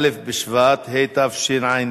א' בשבט התשע"ב,